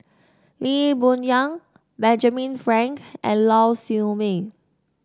Lee Boon Yang Benjamin Frank and Lau Siew Mei